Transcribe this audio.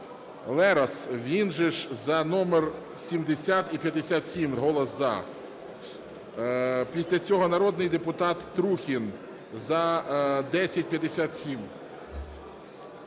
Лерос, він же за номер 70 і 57, голос "за". Після цього народний депутат Трухін – за 1057.